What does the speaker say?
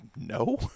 no